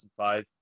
2005